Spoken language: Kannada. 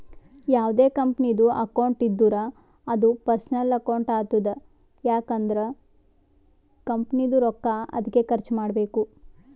ಯಾವ್ದೇ ಕಂಪನಿದು ಅಕೌಂಟ್ ಇದ್ದೂರ ಅದೂ ಪರ್ಸನಲ್ ಅಕೌಂಟ್ ಆತುದ್ ಯಾಕ್ ಅಂದುರ್ ಕಂಪನಿದು ರೊಕ್ಕಾ ಅದ್ಕೆ ಖರ್ಚ ಮಾಡ್ಬೇಕು